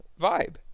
Vibe